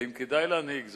האם כדאי להנהיג זאת?